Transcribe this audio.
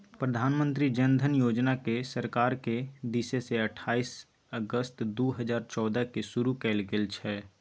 प्रधानमंत्री जन धन योजनाकेँ सरकारक दिससँ अट्ठाईस अगस्त दू हजार चौदहकेँ शुरू कैल गेल छल